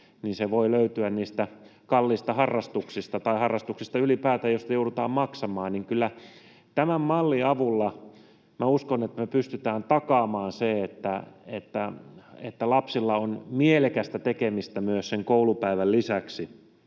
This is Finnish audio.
niin se voi löytyä niistä kalliista harrastuksista, tai ylipäätään harrastuksista, joista joudutaan maksamaan. Minä uskon, että tämän mallin avulla me kyllä pystytään takaamaan, että lapsilla on mielekästä tekemistä myös sen koulupäivän lisäksi